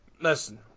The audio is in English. Listen